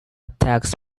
attacks